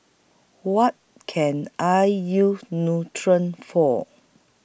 What Can I use Nutren For